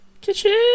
Kitchen